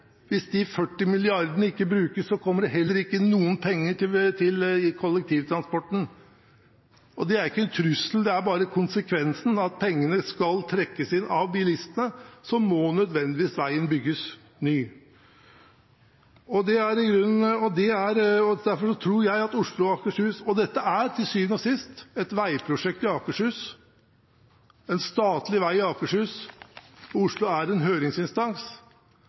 Hvis de 40 mrd. kr ikke brukes, kommer det heller ikke noen penger til kollektivtransporten. Det er ikke en trussel. Det er bare konsekvensen av at hvis pengene skal trekkes inn fra bilistene, må det nødvendigvis bygges ny vei. Dette er til syvende og sist et veiprosjekt i Akershus, en statlig vei i Akershus. Oslo er en høringsinstans.